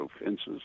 offenses